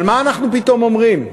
אבל מה אנחנו פתאום אומרים?